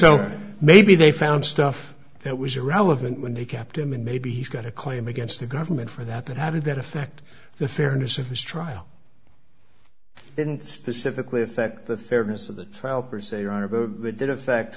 so maybe they found stuff that was irrelevant when they kept him and maybe he's got a claim against the government for that but how did that affect the fairness of his trial didn't specifically affect the fairness of the trial for say